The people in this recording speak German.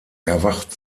erwacht